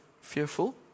fearful